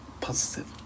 Positive